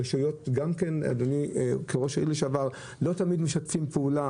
הרשויות המקומיות גם כן לא תמיד משתפות פעולה